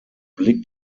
blick